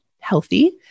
healthy